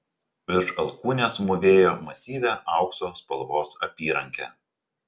virš alkūnės mūvėjo masyvią aukso spalvos apyrankę